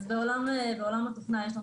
אז בעולם התוכנה יש לנו